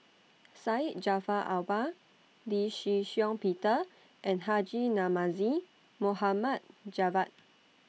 Syed Jaafar Albar Lee Shih Shiong Peter and Haji Namazie Mohamad Javad